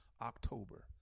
October